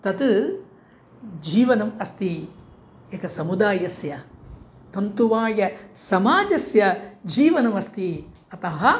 तत् जीवनम् अस्ति एकस्य समुदायस्य तन्तुवायसमाजस्य जीवनमस्ति अतः